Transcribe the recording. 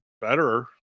better